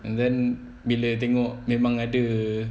and then bila tengok memang ada